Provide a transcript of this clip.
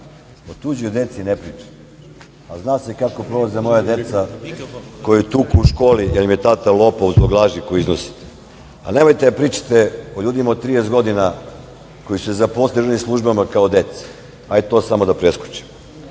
o tuđoj deci ne pričam, a zna se kako prolaze moja deca, koju tuku u školi jer im je tata lopov zbog laži koje iznosite. Nemojte da pričate o ljudima od 30 godina koji su se zaposlili u službama kao deci. Hajde to da preskočimo.